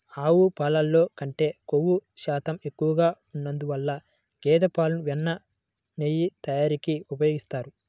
ఆవు పాలల్లో కంటే క్రొవ్వు శాతం ఎక్కువగా ఉన్నందువల్ల గేదె పాలను వెన్న, నెయ్యి తయారీకి ఉపయోగిస్తారు